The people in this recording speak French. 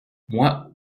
moi